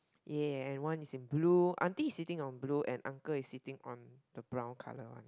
ya and one is in blue auntie is sitting on blue uncle is sitting on the brown colour one